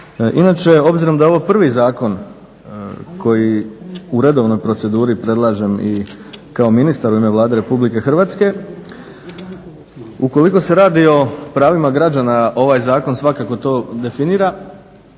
Inače, obzirom da je ovo prvi zakon koji u redovnoj proceduri predlažem i kao ministar u ime Vlade Republike Hrvatske ukoliko se radi o pravima građana ovaj Zakon svakako to definira.